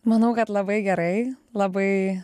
manau kad labai gerai labai